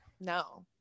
No